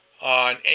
on